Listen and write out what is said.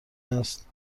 است